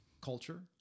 culture